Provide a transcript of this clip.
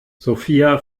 sophia